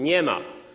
Nie ma.